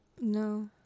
No